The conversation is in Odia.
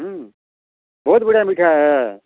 ହୁଁ ବହୁତ୍ ବଢ଼ିଆ ମିଠା ଆଏ